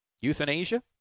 euthanasia